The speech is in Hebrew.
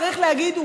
צריך להגיד,